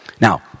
Now